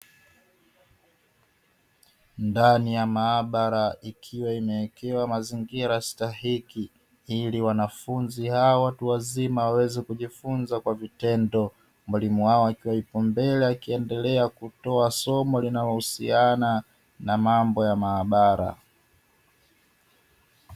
Ndani ya maabara ikiwa imewekewa mazingira stahiki ili wanafunzi hawa watu wazima waweze kujifunza kwa vitendo. Mwalimu wao akiwa yupo mbele akiendelea kutoa somo linalo husiana na mambo ya maabara.